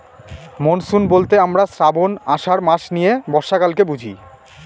monsoon বলতে আমরা শ্রাবন, আষাঢ় মাস নিয়ে বর্ষাকালকে বুঝি